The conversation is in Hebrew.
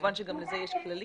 כמובן שגם לזה יש כללים.